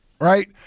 right